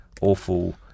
awful